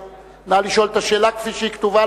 נא לשאול את השאלה כפי שהיא כתובה,